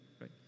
right